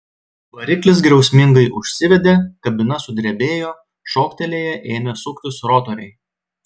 variklis griausmingai užsivedė kabina sudrebėjo šoktelėję ėmė suktis rotoriai